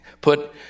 put